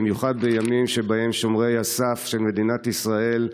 במיוחד בימים שבהם שומרי הסף של מדינת ישראל נרדפים,